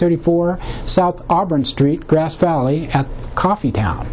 thirty four south auburn street grass valley coffee town